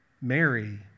Mary